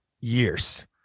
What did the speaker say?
years